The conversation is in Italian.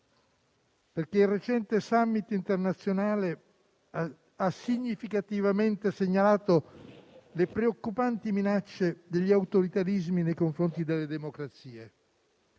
perché il recente *summit* internazionale ha significativamente segnalato le preoccupanti minacce degli autoritarismi nei confronti delle democrazie